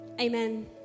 amen